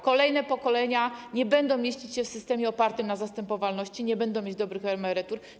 Kolejne pokolenia nie będą mieścić się w systemie opartym na zastępowalności, nie będą mieć dobrych emerytur.